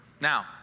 Now